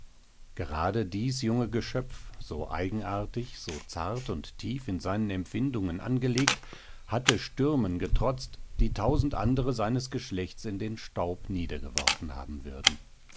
gerade dies junge geschöpf so eigenartig so zart und tief in seinen empfindungen angelegt hatte stürmen getrotzt die tausend andere seines geschlechts in den staub niedergeworfen haben würden